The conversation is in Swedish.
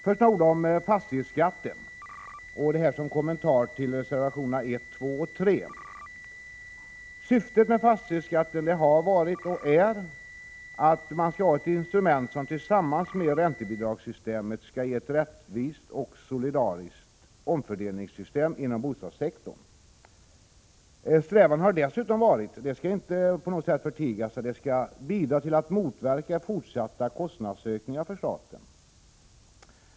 Först några ord om fastighetsskatten, som kommentar till reservationerna 1,2 och 3. Syftet med fastighetsskatten har varit och är att ha ett instrument, som tillsammans med räntebidragssystemet skall ge ett rättvist och solidariskt omfördelningssystem inom bostadssektorn. Strävan har dessutom varit — det skall inte på något sätt förtigas — att skatten skall bidra till att motverka fortsatta kostnadsökningar för staten.